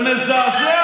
בסך הכול אזרחים, זה הכול.